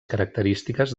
característiques